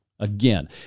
again